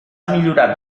millorat